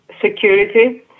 security